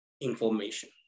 information